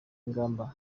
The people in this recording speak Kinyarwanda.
ingamba